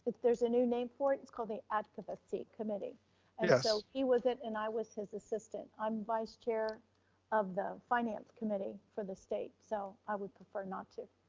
there's a new name for it, it's called the advocacy committee. yes. and so he was it and i was his assistant. i'm vice chair of the finance committee for the state. so i would prefer not to.